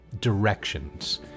directions